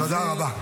תודה רבה.